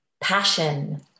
Passion